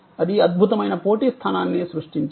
అది అద్భుతమైన పోటీ స్థానాన్ని సృష్టించింది